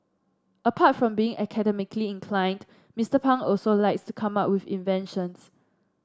apart from being academically inclined Mister Pang also likes to come up with inventions